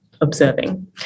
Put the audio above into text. observing